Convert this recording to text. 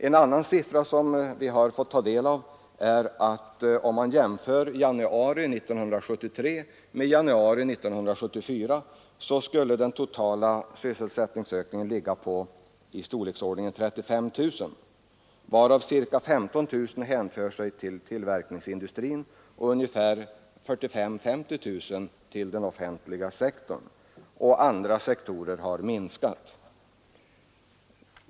En annan siffra som vi har fått ta del av visar, att om man jämför januari 1973 med januari 1974 ligger den totala sysselsättningsökningen på omkring 35 000, varav ca 15 000 hänför sig till tillverkningsindustrin. Inom den offentliga förvaltningen har siffror på 45 000—50 000 nämnts. Vissa andra sektorer har minskat.